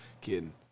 Kidding